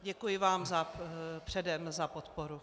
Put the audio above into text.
Děkuji vám předem za podporu.